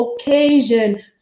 occasion